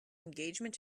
engagement